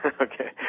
Okay